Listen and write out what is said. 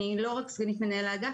אני לא רק סגנית מנהל האגף,